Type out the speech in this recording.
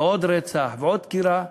ועוד רצח ועוד דקירה,